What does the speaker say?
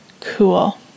Cool